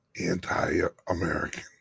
anti-American